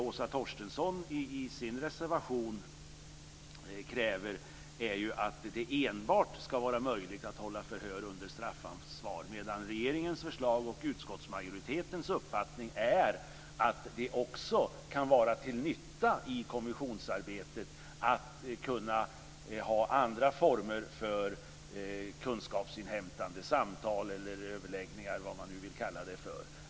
Åsa Torstensson kräver i sin reservation att det enbart ska vara möjligt att hålla förhör under straffansvar. Regeringens förslag och utskottsmajoritetens uppfattning är att det också kan vara till nytta i kommissionsarbetet att ha andra former för kunskapsinhämtande - samtal, överläggningar eller vad man nu vill kalla det för.